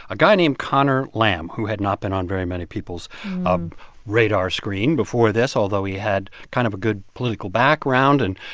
a guy named conor lamb, who had not been on very many people's um radar screen before this, although he had kind of a good political background and,